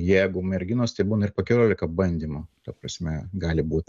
jeigu merginos tai būna ir po keliolika bandymų ta prasme gali būt